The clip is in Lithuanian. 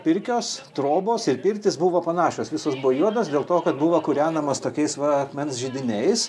pirkios trobos ir pirtys buvo panašios visos buvo juodos dėl to kad buvo kūrenamos tokiais va akmens židiniais